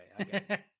okay